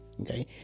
okay